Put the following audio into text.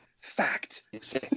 Fact